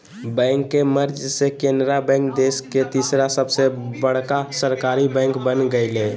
bank के merge से Canara bank देश के तीसर सबसे बड़का सरकारी बैंक बन गेलय